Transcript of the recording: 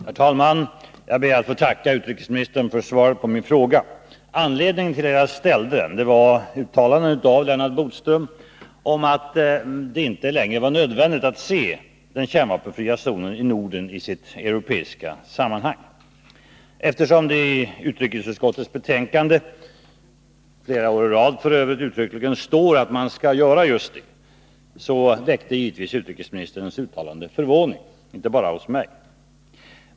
Herr talman! Jag ber att få tacka utrikesministern för svaret på min fråga. Anledningen till att jag ställde frågan var uttalanden av Lennart Bodström om att det inte längre var nödvändigt att se frågan om den kärnvapenfria zonen i Norden i sitt europeiska sammanhang. Eftersom det i utrikesutskottets betänkande uttryckligen står — det har stått flera år i rad f. ö. — att man skall göra just detta, väckte givetvis utrikesministerns uttalanden förvåning, inte bara hos mig.